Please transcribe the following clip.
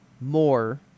more